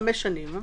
לחמש שנים,